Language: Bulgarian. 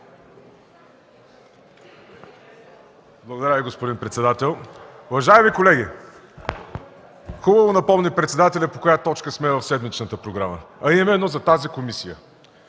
Уважаеми господин председател, уважаеми колеги! Хубаво напомни председателят по коя точка сме в седмичната програма, а именно за тази комисия.